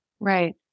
Right